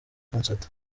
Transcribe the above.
concert